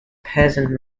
peasant